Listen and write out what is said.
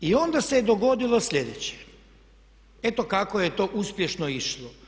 I onda se dogodilo sljedeće, eto kako je to uspješno išlo.